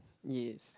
yes